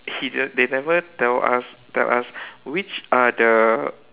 he just they never tell us tell us which are the